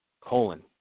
colon